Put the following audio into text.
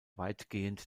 weitgehend